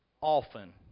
often